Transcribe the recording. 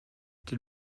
did